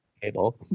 cable